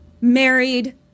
married